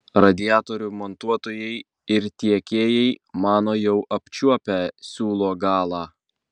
radiatorių montuotojai ir tiekėjai mano jau apčiuopę siūlo galą